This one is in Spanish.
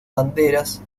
banderas